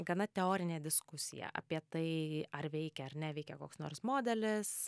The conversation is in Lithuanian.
gana teorinė diskusija apie tai ar veikia ar neveikia koks nors modelis